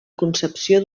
concepció